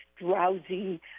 drowsy